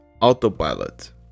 autopilot